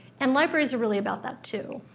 and libraries are really about that too.